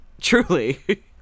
Truly